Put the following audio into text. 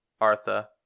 Artha